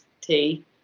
tea